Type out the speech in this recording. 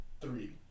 three